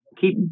keep